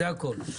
זה הכל.